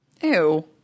Ew